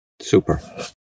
super